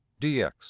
dx